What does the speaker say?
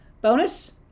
Bonus